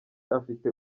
afite